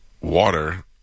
water